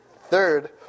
Third